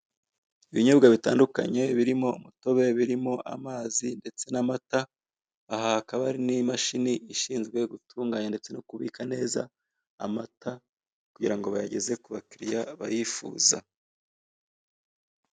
Ibinyobwa bitandukanuye birimo imitobe, birimo amazi ndetse n'amata aha hakaba hari n'imashini ishinzwe gutunganya ndetse no kubika neza amata kugira ngo bayageze kubakiriya bayifuza.